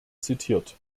zitiert